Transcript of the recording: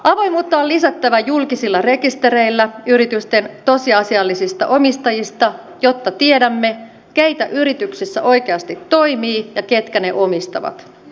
avoimuutta on lisättävä julkisilla rekistereillä yritysten tosiasiallisista omistajista jotta tiedämme keitä yrityksissä oikeasti toimii ja ketkä ne omistavat